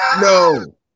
no